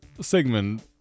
Sigmund